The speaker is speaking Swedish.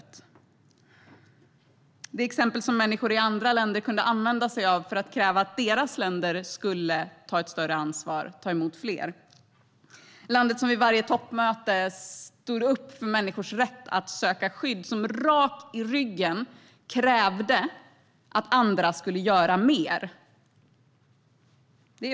Det var det exempel som människor i andra länder kunde använda sig av för att kräva att deras länder skulle ta ett större ansvar och ta emot fler. Det var landet som vid varje toppmöte stod upp för människors rätt att söka skydd och rak i ryggen krävde att andra skulle göra mer.